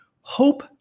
hope